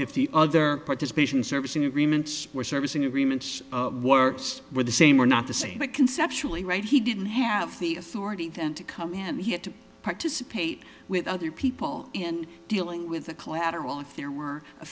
if the other participation servicing agreements or servicing agreements works were the same or not the same but conceptually right he didn't have the authority to come in and he had to participate with other people in dealing with the collateral if there were a